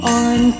on